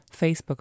Facebook